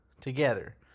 together